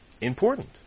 important